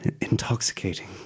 intoxicating